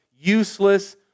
useless